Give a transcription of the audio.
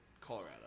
Colorado